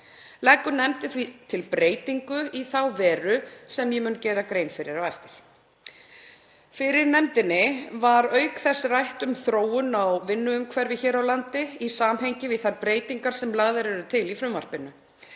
Leggur nefndin því til breytingu í þá veru sem ég mun gera grein fyrir á eftir. Fyrir nefndinni var auk þess rætt um þróun á vinnuumhverfi hér á landi í samhengi við þær breytingar sem lagðar eru til í frumvarpinu,